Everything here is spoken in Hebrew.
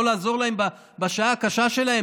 לא לעזור להם בשעה הקשה שלהם?